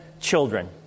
children